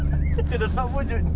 dah tak wujud